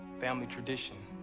family tradition.